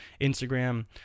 Instagram